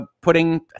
putting